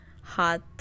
hot